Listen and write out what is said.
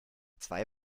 zwei